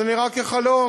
אז זה נראה כחלום.